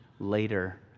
later